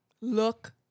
Look